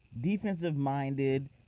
defensive-minded